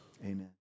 Amen